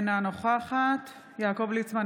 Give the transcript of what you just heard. אינה נוכחת יעקב ליצמן,